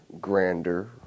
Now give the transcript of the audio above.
grander